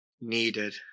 needed